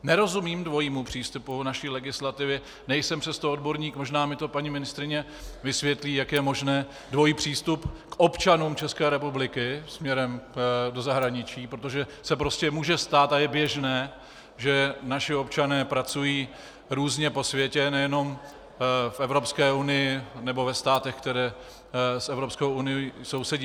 Nerozumím dvojímu přístupu naší legislativy, nejsem přes to odborník, možná mi paní ministryně vysvětlí, jak je možný dvojí přístup k občanům České republiky směrem do zahraničí, protože se prostě může stát a je běžné, že naši občané pracují různě po světě, nejenom v Evropské unii nebo ve státech, které s Evropskou unií sousedí.